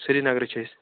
سِریٖنگرٕ چھِ أسۍ